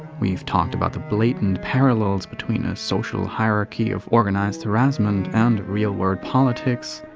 we've talked about the blatant parallels between a social hierarchy of organized harassment and real-world politics.